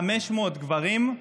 500 גברים,